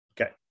Okay